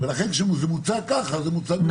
לכן כשזה מוצג כך, זה מוצג לא